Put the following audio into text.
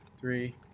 three